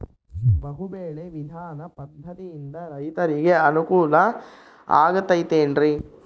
ಬಹು ಬೆಳೆ ವಿಧಾನ ಪದ್ಧತಿಯಿಂದ ರೈತರಿಗೆ ಅನುಕೂಲ ಆಗತೈತೇನ್ರಿ?